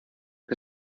que